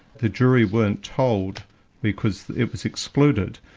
the jury weren't told because it was excluded,